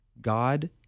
God